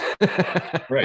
Right